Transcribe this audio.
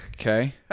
Okay